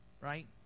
right